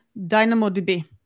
DynamoDB